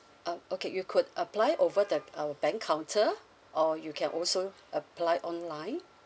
um okay you could apply over the our bank counter or you can also apply online